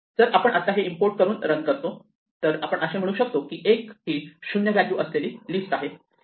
जर आपण आता हे इम्पोर्ट करून रन करतो तर आपण असे म्हणू शकतो की l ही 0 व्हॅल्यू असलेली लिस्ट आहे